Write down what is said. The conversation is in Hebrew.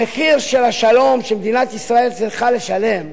המחיר של השלום שמדינת ישראל צריכה לשלם,